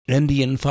Indian